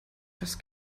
das